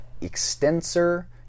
extensor